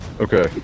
Okay